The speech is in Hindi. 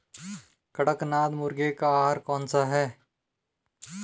कड़कनाथ मुर्गे का आहार कौन सा है?